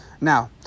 Now